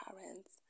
parents